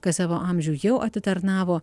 kas savo amžių jau atitarnavo